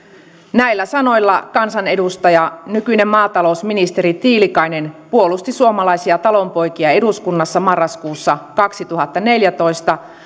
näillä sanoilla kansanedustaja nykyinen maatalousministeri tiilikainen puolusti suomalaisia talonpoikia eduskunnassa marraskuussa kaksituhattaneljätoista